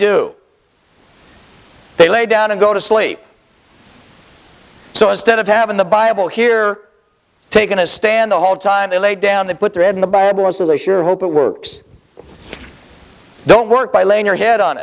do they lay down and go to sleep so instead of having the bible here taking a stand the whole time they lay down they put their head in the bible as though they sure hope it works don't work by laying your head on